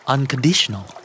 Unconditional